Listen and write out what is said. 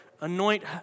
Anoint